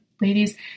ladies